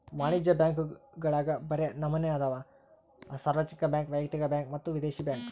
ವಾಣಿಜ್ಯ ಬ್ಯಾಂಕುಗುಳಗ ಬ್ಯರೆ ನಮನೆ ಅದವ, ಸಾರ್ವಜನಿಕ ಬ್ಯಾಂಕ್, ವೈಯಕ್ತಿಕ ಬ್ಯಾಂಕ್ ಮತ್ತೆ ವಿದೇಶಿ ಬ್ಯಾಂಕ್